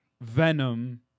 Venom